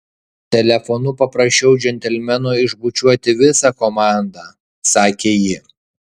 telefonu paprašiau džentelmeno išbučiuoti visą komandą sakė ji